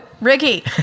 Ricky